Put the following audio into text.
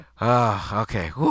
Okay